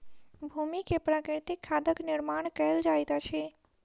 भूमि में प्राकृतिक खादक निर्माण कयल जाइत अछि